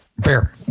Fair